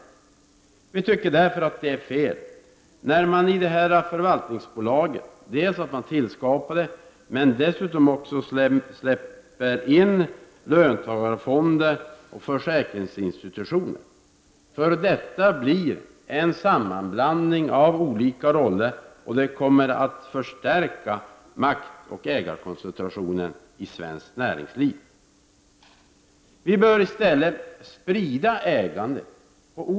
Vi i centern tycker därför att det är fel när ett förvaltningsbolag har tillskapats och dessutom släpper in löntagarfonder och försäkringsinstitutioner. Detta blir en sammanblandning av olika roller, och det kommer att förstärka maktoch ägarkoncentrationen i svenskt näringsliv. Ägandet bör i stället spridas.